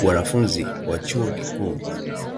Wanafunzi wa chuo kikuu